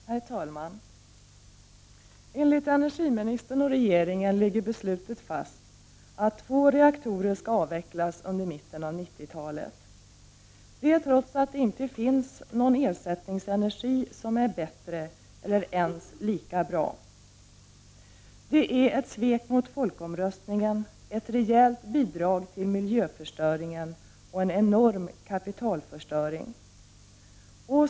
Herr talman! Enligt energiministern och regeringen ligger beslutet fast att två reaktorer skall avvecklas under mitten av 90-talet, detta trots att det inte finns någon ersättningsenergi som är bättre eller ens lika bra. Detta är ett svek mot folkomröstningen, ett rejält bidrag till miljöförstöringen och en enorm kapitalförstöring.